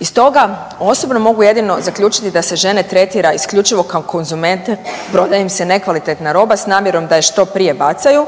I stoga osobno mogu jedino zaključiti da se žene tretira isključivo kao konzumente, prodaje im se nekvalitetna roba s namjerom da je što prije bacaju,